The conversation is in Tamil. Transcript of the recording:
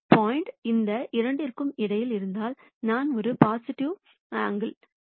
பாயிண்ட் இந்த இரண்டிற்கும் இடையில் இருந்தால் நான் ஒரு பாசிட்டிவ் θ கோணத்தைப் பெறப்போகிறேன்